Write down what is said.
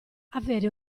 avere